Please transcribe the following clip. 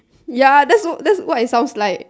ya that's what it sounds like